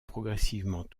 progressivement